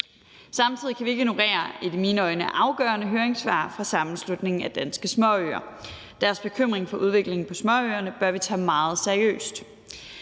Samtidig kan vi ikke ignorere et i mine øjne afgørende høringssvar fra Sammenslutningen af Danske Småøer; deres bekymring for udviklingen på småøerne bør vi tage meget seriøst.